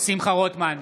שמחה רוטמן,